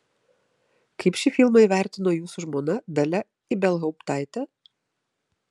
kaip šį filmą įvertino jūsų žmona dalia ibelhauptaitė